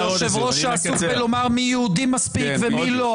היושב-ראש שעסוק בלומר מי יהודי מספיק ומי לא,